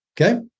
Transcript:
Okay